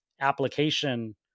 application